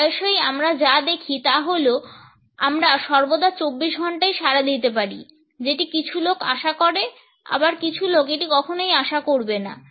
প্রায়শই আমরা যা দেখি তা হল আমরা সর্বদা ২৪ ঘণ্টাই সাড়া দিতে পারি যেটি কিছু লোক আশা করে আবার কিছু লোক এটি কখনই আশা করবে না